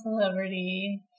celebrity